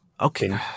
Okay